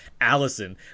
Allison